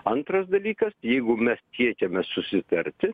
antras dalykas jeigu mes siekiame susitarti